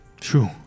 True